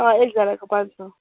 एकजनाको पाँच सय